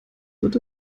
wird